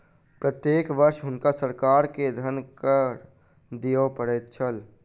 प्रत्येक वर्ष हुनका सरकार के धन कर दिअ पड़ैत छल